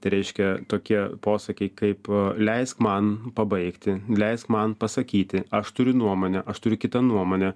tai reiškia tokie posakiai kaip leisk man pabaigti leisk man pasakyti aš turiu nuomonę aš turiu kitą nuomonę